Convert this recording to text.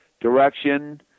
direction